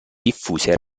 diffuse